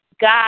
God